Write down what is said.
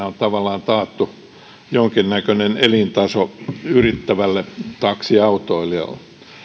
on tavallaan taattu jonkinnäköinen elintaso yrittävälle taksiautoilijalle